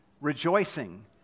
rejoicing